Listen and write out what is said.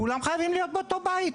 כולם חייבים להיות באותו בית.